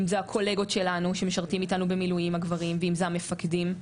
אם זה הקולגות שלנו שמשרתים איתנו במילואים הגברים ואם זה המפקדים,